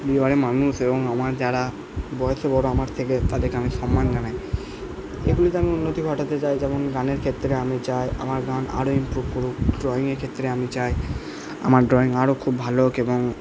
মানুষ এবং আমার যারা বয়সে বড়ো আমার থেকে তাদেরকে আমি সম্মান জানাই আমি উন্নতি ঘটাতে চাই যেমন গানের ক্ষেত্রে আমি চাই আমার গান আরো ইমপ্রুভ করুক ড্রয়িংয়ের ক্ষেত্রে আমি চাই আমার ড্রয়িং আরো খুব ভালো হোক এবং